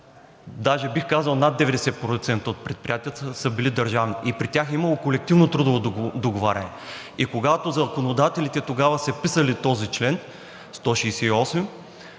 Даже бих казал над 90% от предприятията са били държавни и при тях е имало колективно трудово договаряне, и когато законодателите тогава са писали този член – 168,